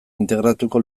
integratuko